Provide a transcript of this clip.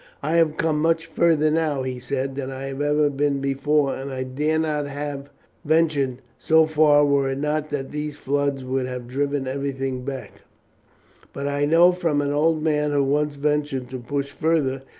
i have come much farther now, he said, than i have ever been before, and i dare not have ventured so far were it not that these floods would have driven everything back but i know from an old man who once ventured to push farther,